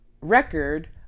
record